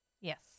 Yes